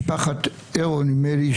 משפחת הרול נדמה לי,